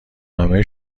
نامه